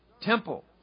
temple